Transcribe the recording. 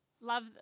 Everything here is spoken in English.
love